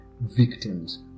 victims